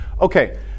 Okay